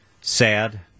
sad